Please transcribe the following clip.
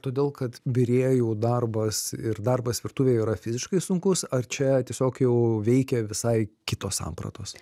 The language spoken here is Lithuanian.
todėl kad virėjų darbas ir darbas virtuvėj yra fiziškai sunkus ar čia tiesiog jau veikia visai kitos sampratos